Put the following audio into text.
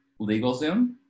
LegalZoom